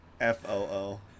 F-O-O